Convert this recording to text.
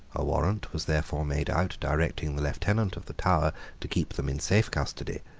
a warrant was therefore made out directing the lieutenant of the tower to keep them in safe custody,